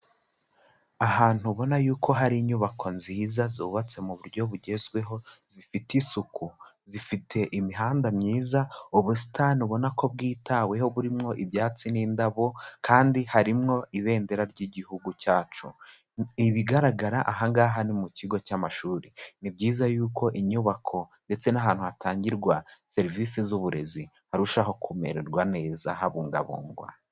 Ahantu ubona yuko hari inyubako nziza zubatse mu buryo bugezweho, zifite isuku, zifite imihanda myiza, ubusitani ubona ko bwitaweho burimwo ibyatsi n'indabo, kandi harimwo ibendera ry'igihugu cyacu, ibigaragara ahaha ni mu kigo cy'amashuri, ni byiza yuko inyubako ndetse n'ahantu hatangirwa serivisi z'uburezi harushaho kumererwa neza habungabungwa.